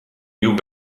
new